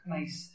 Nice